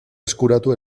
eskuratu